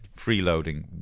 freeloading